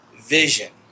vision